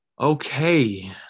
Okay